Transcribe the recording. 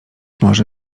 może